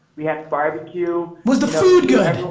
we had barbecue. was the food good?